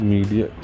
Media